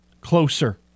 closer